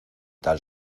tal